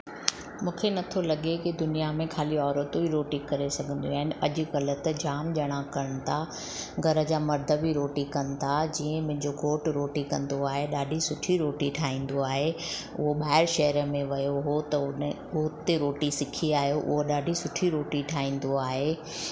मूंखे नथो लॻे की दुनिया में खाली औरतूं ई रोटी करे सघंदियूं आहिनि अॼुकल्ह त जाम ॼणा कनि था घर जा मर्द बि रोटी कनि था जीअं मुंहिंजो घोटु रोटी कंदो आहे ॾाढी सुठी रोटी ठाहींदो आहे उहो ॿाहिरि शहर में वियो हुओ त हुन हुते रोटी सिखी आयो उहो ॾाढी सुठी रोटी ठाहींदो आहे